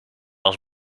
als